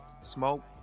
smoke